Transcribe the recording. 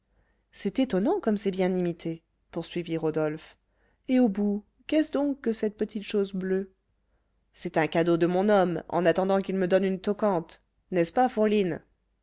c'est étonnant comme c'est bien imité poursuivit rodolphe et au bout qu'est-ce donc que cette petite chose bleue c'est un cadeau de mon homme en attendant qu'il me donne une toquante n'est-ce pas fourline